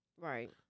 right